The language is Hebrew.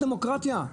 זו דמוקרטיה?